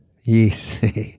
Yes